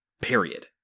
Period